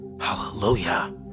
hallelujah